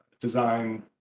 design